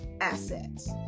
assets